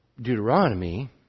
Deuteronomy